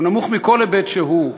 התקציב נמוך מכל היבט שהוא.